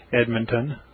Edmonton